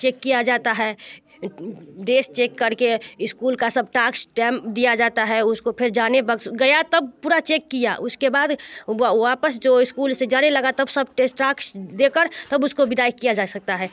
check किया जाता है ड्रेस चेक कर के इस्कूल का सब टास्क टैम दिया जाता है उसको फिर जाने वक़्त गया तब पूरा चेक किया उसके बाद वापस जो इस्कूल से जाने लगा तब सब टेस्ट ट्रास्क दे कर तब उसकी बिदाई किया जा सकता है